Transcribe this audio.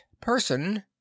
person